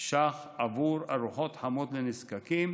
ש"ח עבור ארוחות חמות לנזקקים,